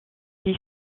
vit